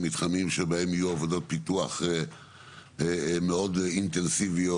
מתחמים שבהם יהיו עבודות פיתוח מאוד אינטנסיביות,